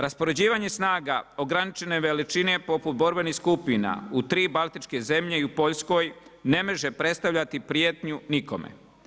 Raspoređivanje snaga, ograničene veličine poput borbenih skupina u 3 Baltičke zemlje i u Poljskoj ne može predstavljati prijetnju nikome.